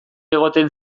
egoten